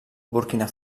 burkina